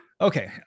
Okay